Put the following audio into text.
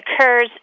occurs